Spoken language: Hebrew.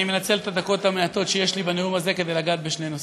אני מנצל את הדקות המעטות שיש לי בנאום הזה כדי לגעת בשני נושאים.